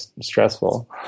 stressful